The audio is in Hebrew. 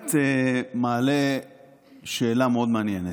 באמת מעלה שאלה מאוד מעניינת.